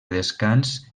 descans